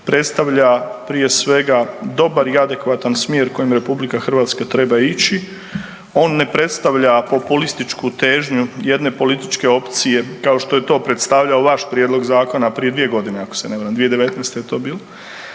predstavlja prije svega dobar i adekvatan smjer kojim RH treba ići. On ne predstavlja populističku težnju jedne političke opcije kao što je to predstavljao vaš prijedlog zakona prije 2.g. ako se ne varam, 2019. je to bilo.